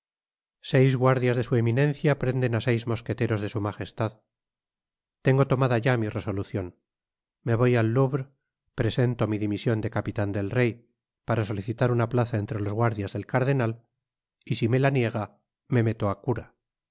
seis guardias de su eminencia prenden á seis mosqueteros de su majestad tengo tomada ya mi resolucion me voy al louvre presento mi dimision de capitan del rey para salipitar una plaza entre los guardias del cardenal y si me la niega me meto á cura